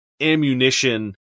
ammunition